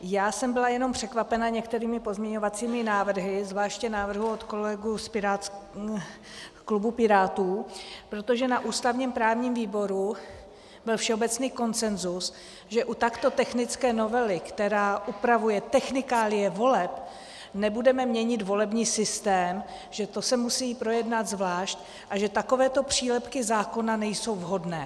Já jsem byla jenom překvapena některými pozměňovacími návrhy, zvláště návrhem kolegů z klubu Pirátů, protože na ústavněprávním výboru byl všeobecný konsenzus, že u takto technické novely, která upravuje technikálie voleb, nebudeme měnit volební systém, že to se musí projednat zvlášť a že takovéto přílepky zákona nejsou vhodné.